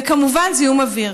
וכמובן זיהום אוויר.